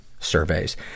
Surveys